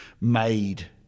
made